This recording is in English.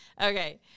Okay